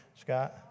Scott